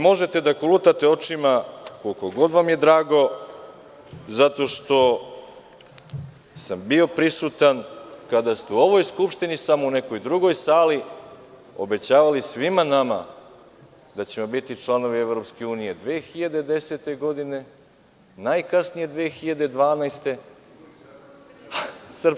Možete da kolutate očima koliko god vam je drago, zato što sam bio prisutan kada ste u ovoj Skupštini, samo u nekoj drugoj sali, obećavali svima nama da ćemo biti članovi EU 2010. godine, najkasnije 2012. godine.